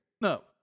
No